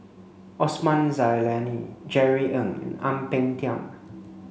Osman Zailani Jerry Ng and Ang Peng Tiam